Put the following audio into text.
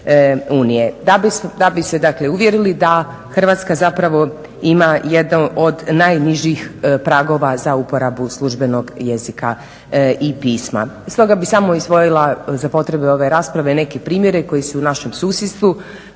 se dakle uvjerili da Hrvatska zapravo ima jedno od najnižih pragova za uporabu službenog jezika i pisma. Stoga bih samo izdvojila za potrebe ove rasprave neke primjere koji su u našem susjedstvu,